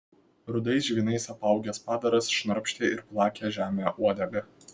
rudais žvynais apaugęs padaras šnarpštė ir plakė žemę uodega